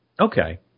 Okay